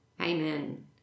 amen